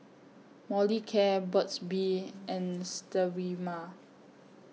Molicare Burt's Bee and Sterimar